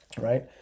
right